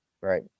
right